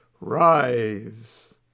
Rise